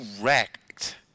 wrecked